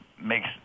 makes